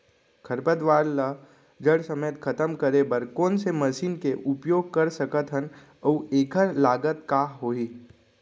खरपतवार ला जड़ समेत खतम करे बर कोन से मशीन के उपयोग कर सकत हन अऊ एखर लागत का होही?